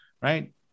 Right